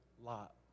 lot